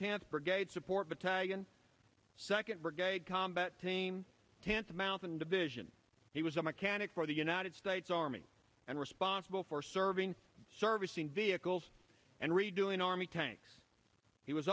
tenth brigade support battalion second brigade combat team cancer mountain division he was a mechanic for the united states army and responsible for serving servicing vehicles and redoing army tanks he was